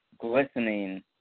glistening